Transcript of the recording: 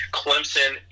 clemson